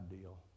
deal